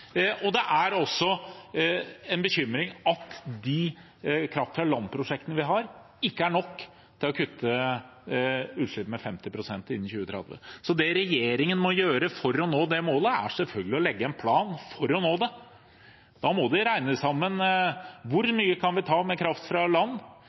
Det er også en bekymring at de kraft-fra-land-prosjektene vi har, ikke er nok til å kutte utslipp med 50 pst. innen 2030. Så det regjeringen må gjøre for å nå det målet, er selvfølgelig å legge en plan for det. Da må de regner sammen